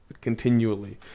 continually